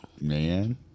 Man